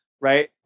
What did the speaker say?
Right